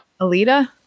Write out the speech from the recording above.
Alita